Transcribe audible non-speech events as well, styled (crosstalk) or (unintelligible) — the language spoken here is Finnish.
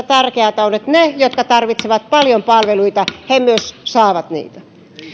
(unintelligible) tärkeätä on että ne jotka tarvitsevat paljon palveluita he myös saavat niitä